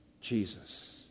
Jesus